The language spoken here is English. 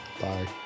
bye